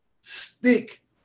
Stick